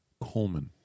Coleman